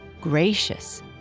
Gracious